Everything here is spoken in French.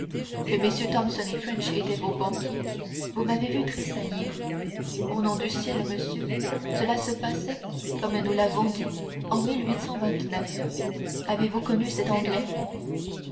que mm thomson et french étaient vos banquiers vous m'avez vu tressaillir au nom du ciel monsieur cela se passait comme nous vous l'avons dit en avez-vous connu cet anglais